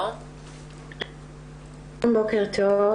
בוקר טוב.